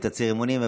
ותצהיר אמונים.